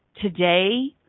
today